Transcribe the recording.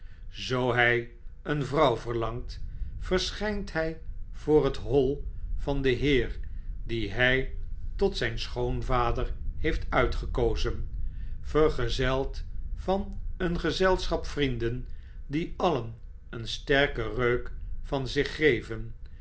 zoo hi een vrouw verlangt verschjjnt hfl voor het ho'l van den heer dien hjj tot zijn schoonvader heeft uitgekozen vergezeld van een gezelschap vrienden die alien een sterken reuk van zich geven